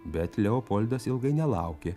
bet leopoldas ilgai nelaukė